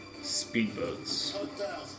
speedboats